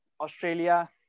Australia